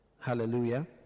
Hallelujah